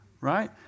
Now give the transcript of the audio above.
Right